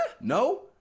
No